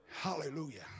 Hallelujah